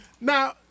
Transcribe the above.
Now